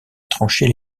trancher